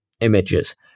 images